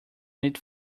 need